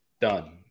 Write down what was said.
Done